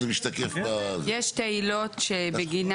זה תמיד